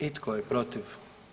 I tko je protiv?